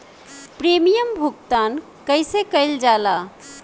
Premium भुगतान कइसे कइल जाला?